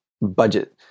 budget